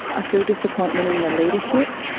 i feel disappointment in the leadership,